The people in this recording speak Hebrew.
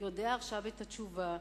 יודע עכשיו את התשובה.